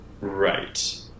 Right